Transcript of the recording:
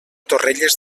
torrelles